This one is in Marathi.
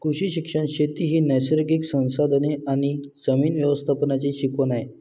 कृषी शिक्षण शेती ही नैसर्गिक संसाधने आणि जमीन व्यवस्थापनाची शिकवण आहे